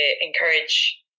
encourage